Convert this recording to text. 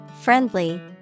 friendly